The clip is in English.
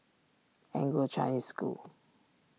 Anglo Chinese School